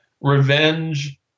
revenge